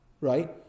right